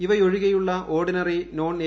ഇവയൊഴികെയുള്ള ordinary non A